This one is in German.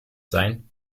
sein